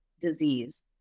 disease